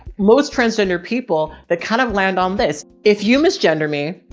most transgender people that kind of land on this, if you miss gender me,